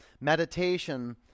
Meditation